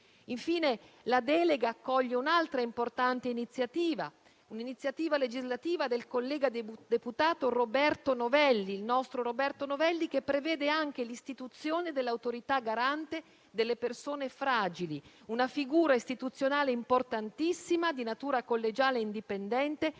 Infine, la delega accoglie un'altra importante iniziativa legislativa del nostro collega deputato Roberto Novelli, che prevede anche l'istituzione dell'Autorità garante delle persone fragili: una figura istituzionale importantissima, di natura collegiale e indipendente,